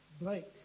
Blake